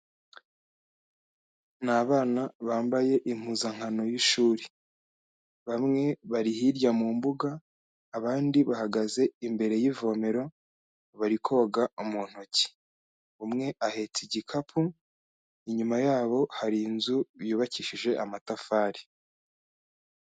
Ni abana bambaye impuzankano y'ishuri bamwe bari hirya mu mbuga abandi bahagaze imbere y'ivomero bari koga mu ntoki, umwe ahetse igikapu inyuma yabo hari inzu yubakishije amatafari.